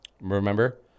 Remember